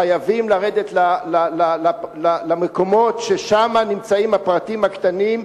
חייבים לרדת למקומות ששם נמצאים הפרטים הקטנים,